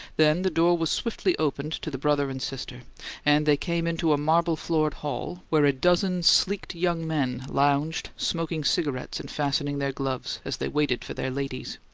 then the door was swiftly opened to the brother and sister and they came into a marble-floored hall, where a dozen sleeked young men lounged, smoked cigarettes and fastened their gloves, as they waited for their ladies.